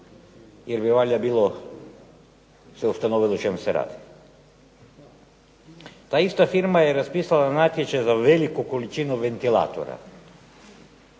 jer bi valjda bilo se ustanovilo o čemu se radi. Ta ista firma je raspisala natječaj za veliku količinu ventilatora,